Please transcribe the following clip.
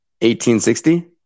1860